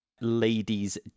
ladies